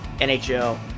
NHL